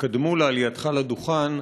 שקדמו לעלייה לדוכן,